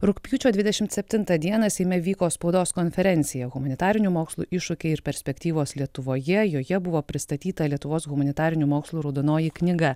rugpjūčio dvidešimt septintą dieną seime vyko spaudos konferencija humanitarinių mokslų iššūkiai ir perspektyvos lietuvoje joje buvo pristatyta lietuvos humanitarinių mokslų raudonoji knyga